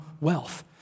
wealth